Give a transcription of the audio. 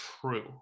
true